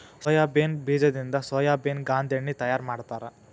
soybean ಬೇಜದಿಂದ ಸೋಯಾಬೇನ ಗಾಂದೆಣ್ಣಿ ತಯಾರ ಮಾಡ್ತಾರ